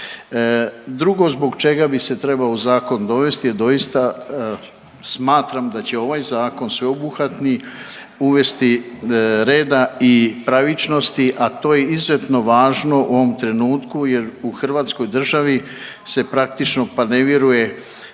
Drugo zbog čega bi se trebao zakon dovesti je doista smatram da će ovaj zakon sveobuhvatni uvesti reda i pravičnosti, a to je izuzetno važno u ovom trenutku jer u Hrvatskoj državi se praktično pa ne vjerujem